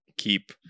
keep